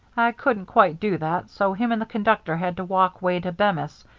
i couldn't quite do that, so him and the conductor had to walk way to bemis,